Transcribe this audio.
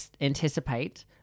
anticipate